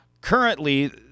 currently